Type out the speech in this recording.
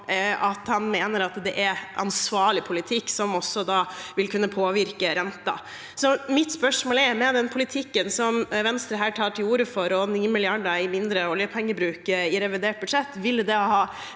at han mener at det er ansvarlig politikk, som også vil kunne påvirke renten. Mitt spørsmål er: Med den politikken som Venstre her tar til orde for, med 9 mrd. kr mindre i oljepengebruk i revidert budsjett, ville det ha